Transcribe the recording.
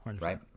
Right